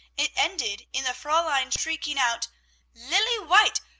it ended in the fraulein shrieking out lilly white!